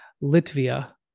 Lithuania